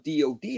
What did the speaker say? DOD